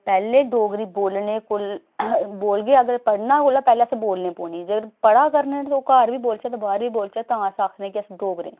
पैह्लें डोगरी बोलने को बोलगे अगर पढ़ना कोला पैह्लें असें बोलनी पौनी जेकर पढ़ा करने ते ओह् घर बी बोलचै ते बाह्र बी बोलचै तां अस आखने कि अस डोगरे